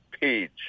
page